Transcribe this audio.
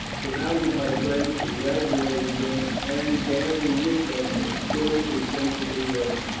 surrounded by friends congratulating them, and bearing with them the still insensible girl.